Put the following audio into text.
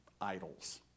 idols